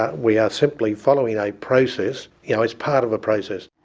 ah we are simply following a process, you know, it's part of a process.